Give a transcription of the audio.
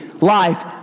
life